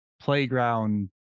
playground